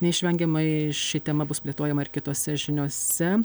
neišvengiamai ši tema bus plėtojama ir kitose žiniose